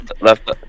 left